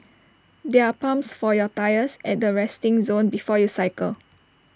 there are pumps for your tyres at the resting zone before you cycle